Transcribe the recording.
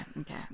okay